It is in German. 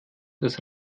das